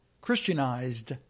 Christianized